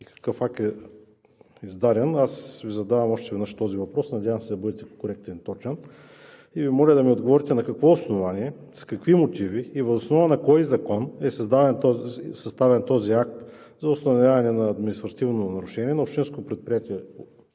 какъв акт е издаден, Ви задавам още веднъж този въпрос. Надявам се да бъдете коректен и точен. Моля Ви да ми отговорите: на какво основание, с какви мотиви и въз основа на кой закон е съставен този акт за установяване на административно нарушение на Общинско предприятие